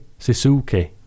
Sisuke